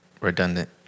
redundant